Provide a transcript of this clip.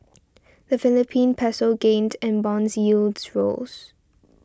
the Philippine Peso gained and bonds yields rose